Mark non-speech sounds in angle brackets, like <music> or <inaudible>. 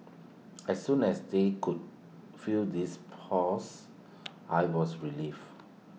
<noise> as soon as they could feel this pulse I was relieved